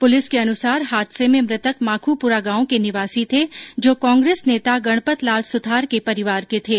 police के अनुसार हादसे में मृतक माखूपुरा गांव के निवासी थे जो कांग्रेस नेता गणपतलाल सुथार के परिवार के थे